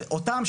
אותם,